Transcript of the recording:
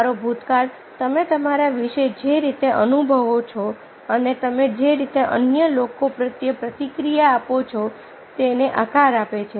તમારો ભૂતકાળ તમે તમારા વિશે જે રીતે અનુભવો છો અને તમે જે રીતે અન્ય લોકો પ્રત્યે પ્રતિક્રિયા આપો છો તેને આકાર આપે છે